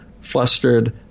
flustered